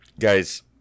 Guys